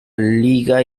liga